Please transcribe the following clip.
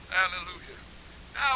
Hallelujah